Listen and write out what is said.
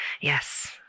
Yes